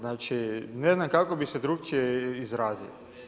Ne znam kako bih se drukčije izrazio.